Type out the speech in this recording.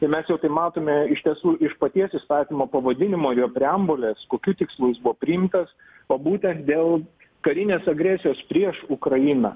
ir mes jau tai matome iš tiesų iš paties įstatymo pavadinimo jo preambulės kokiu tikslu jis buvo priimtas o būtent dėl karinės agresijos prieš ukrainą